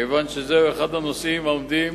כיוון שזהו אחד הנושאים העומדים